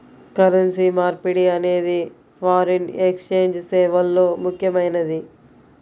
currency మార్పిడి అనేది foreign exchange సేవల్లో ముఖ్యమైనది